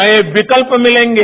नए विकल्प मिलेंगे